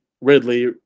Ridley